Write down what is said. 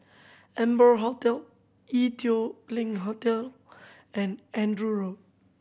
Amber Hotel Ee Teow Leng Hotel and Andrew Road